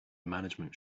management